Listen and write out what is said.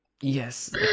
Yes